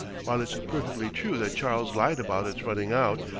while it's perfectly true that charles lied about it's running out,